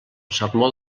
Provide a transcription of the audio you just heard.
sermó